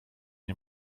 nie